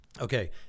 Okay